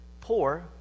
poor